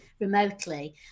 remotely